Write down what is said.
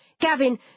Gavin